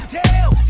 tell